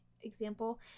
example